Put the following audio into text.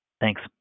Thanks